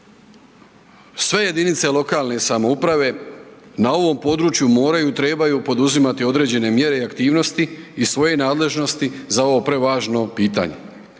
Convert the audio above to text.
Sve jedinice lokalne samouprave na ovom području moraju i trebaju poduzimati određene mjere i aktivnosti iz svoje nadležnosti za ovo prevažno pitanje.